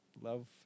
Love